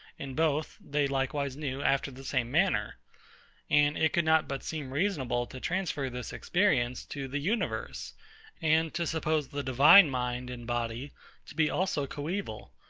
in both, they likewise knew, after the same manner and it could not but seem reasonable to transfer this experience to the universe and to suppose the divine mind and body to be also coeval,